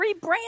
rebrand